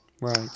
Right